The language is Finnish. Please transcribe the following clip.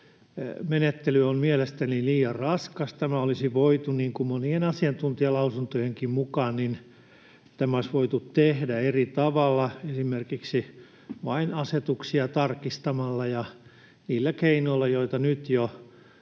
Menettely on mielestäni liian raskas. Tämä olisi voitu, monien asiantuntijalausuntojenkin mukaan, tehdä eri tavalla, esimerkiksi vain asetuksia tarkistamalla ja niillä keinoilla, joita opetus-